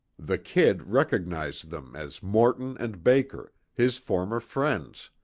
the kid recognized them as morton and baker, his former friends.